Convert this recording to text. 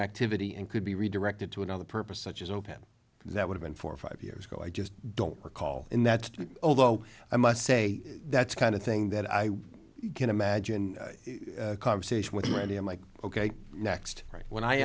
activity and could be redirected to another purpose such as open that would've been four or five years ago i just don't recall in that although i must say that's kind of thing that i can imagine a conversation with really i'm like ok next write when i